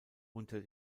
unter